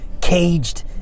Caged